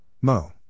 Mo